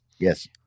Yes